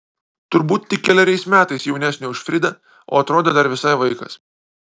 turbūt tik keleriais metais jaunesnė už fridą o atrodė dar visai vaikas